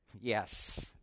Yes